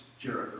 Jericho